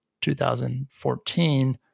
2014